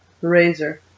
razor